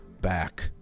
back